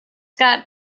got